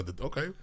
Okay